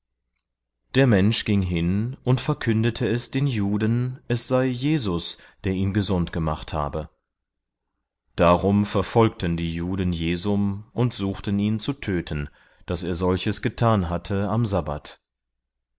der mensch ging hin und verkündete es den juden es sei jesus der ihn gesund gemacht habe darum verfolgten die juden jesum und suchten ihn zu töten daß er solches getan hatte am sabbat